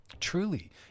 Truly